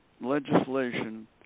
legislation